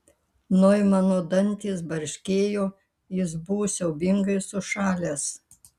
noimano dantys barškėjo jis buvo siaubingai sušalęs